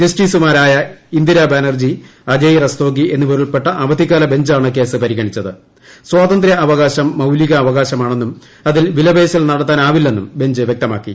ജസ്റ്റിസുമാരായ ഇന്ദിര ബാനർജി അജയ് റൂസ്തോഗി എന്നിവരുൾപ്പെട്ട അവധിക്കാല ബഞ്ചാണ് കേസ് പരിഗണ്ണീച്ചത്ത് സ്വാതന്ത്ര്യ അവകാശം മൌലിക അവകാശമാണെന്നും അതിൽ വിലപേശൽ നടത്താനാവിില്ലെന്നും ബഞ്ച് വൃക്തമാക്കി